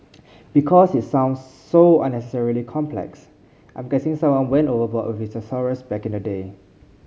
because it sounds so unnecessarily complex I'm guessing someone went overboard with his thesaurus back in the day